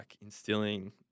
instilling –